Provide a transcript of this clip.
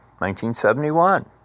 1971